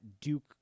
Duke